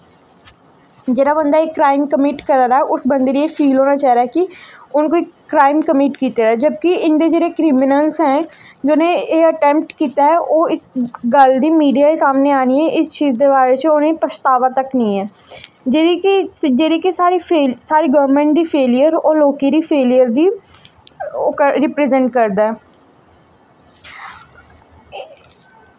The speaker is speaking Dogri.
जेह्ड़ा बंदा क्राइम कमिट करा दा उसगी फील होना चाहिदा कि उ'न्नै क्राइम कमिट कीता दा जबकि इं'दे जेह्ड़े क्रिमिनल्स ऐं जि'नें एह् अटैंम्ट कीता ऐ ओह् गल्ल गी मीडिया दे सामनै आनियै इस चीज दे बारे च उ'नेंगी पशतावा तक निं ऐ जेह्ड़ी कि साढ़ी साढ़े लोकें दी फेलियर ओह् साढ़े लोकें दी फेलियर रिप्रजैंट करदा